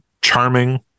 charming